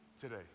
Today